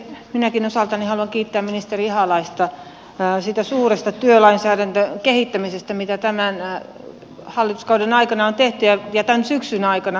minäkin osaltani haluan kiittää ministeri ihalaista siitä suuresta työlainsäädännön kehittämisestä mitä tämän hallituskauden aikana ja tämän syksyn aikana on tehty